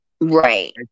right